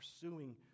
pursuing